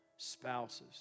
spouses